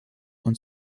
und